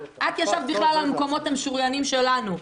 אם הייתם מצטרפים את ישבת בכלל על המקומות המשוריינים שלנו.